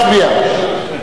נתקבלה.